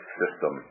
system